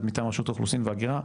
האוכלוסין וההגירה,